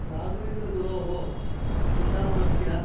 राघवेन्द्रगुरोः वृन्दावनस्य